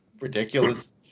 ridiculous